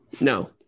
No